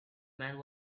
man